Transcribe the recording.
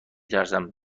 ترسم